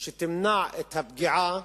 שימנעו את הפגיעה